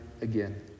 again